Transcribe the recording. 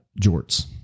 jorts